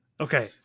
Okay